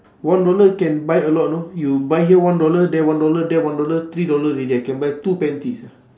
one dollar can buy a lot know you buy here one dollar there one dollar there one dollar three dollar already I can buy two panties